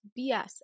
BS